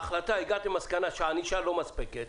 הגעת למסקנה שהענישה לא מספקת,